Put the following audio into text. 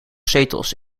zetels